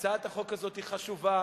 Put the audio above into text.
הצעת החוק הזאת היא חשובה,